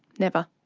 never.